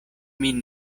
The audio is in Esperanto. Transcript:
min